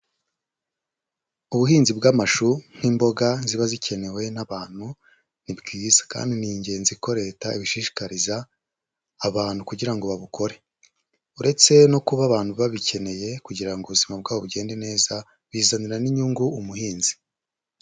Ubuhinzi bw'amashu nk'imboga ziba zikenewe n'abantu ni bwiza kandi ni ingenzi ko Leta ibishishikariza abantu kugira ngo babukore, uretse no kuba abantu babikeneye kugira ngo ubuzima bwabo bugende neza bizanira n'inyungu umuhinzi.